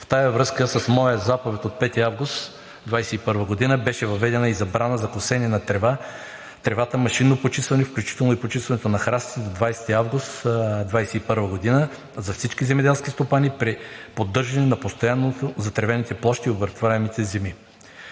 В тази връзка с моя заповед от 5 август 2021 г. беше въведена и забрана за косене на тревата – машинно почистване, включително и почистването на храстите до 20 август 2021 г., за всички земеделски стопани при поддържане на постоянно затревените площи и обработваемите земи.